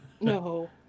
No